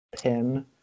pin